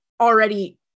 already